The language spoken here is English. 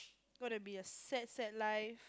got to be a sad sad life